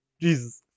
Jesus